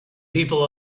people